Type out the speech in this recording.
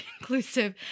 inclusive